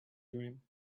dream